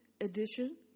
edition